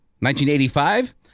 1985